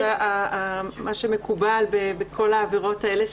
מה שמקובל בכל העבירות האלה,